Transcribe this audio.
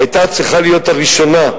היתה צריכה להיות הראשונה,